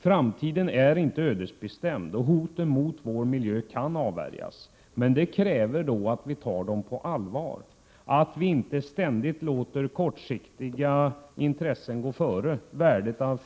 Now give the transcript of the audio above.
Framtiden är inte ödesbestämd och hoten mot vår miljö kan avvärjas, men det krävs att vi tar hoten på allvar, att vi inte ständigt låter kortsiktiga intressen gå före värdet avt.ex.